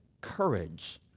courage